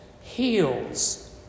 heals